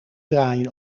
draaien